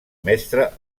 mestre